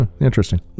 Interesting